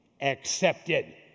accepted